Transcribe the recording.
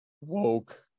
woke